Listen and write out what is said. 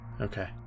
Okay